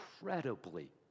incredibly